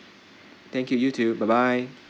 thank you you too bye bye